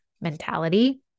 mentality